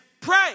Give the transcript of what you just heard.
Pray